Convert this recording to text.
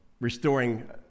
restoring